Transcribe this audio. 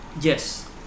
yes